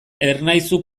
ernaizu